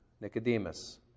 Nicodemus